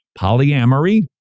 polyamory